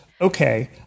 okay